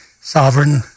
sovereign